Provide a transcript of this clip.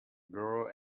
grow